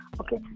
okay